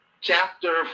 chapter